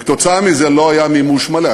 וכתוצאה מזה לא היה מימוש מלא.